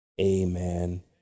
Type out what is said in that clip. Amen